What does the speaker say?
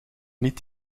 niet